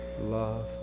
love